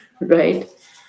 right